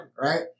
right